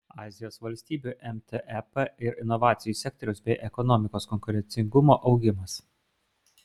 azijos valstybių mtep ir inovacijų sektoriaus bei ekonomikos konkurencingumo augimas